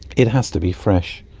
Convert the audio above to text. it has to be fresh.